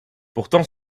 pourtant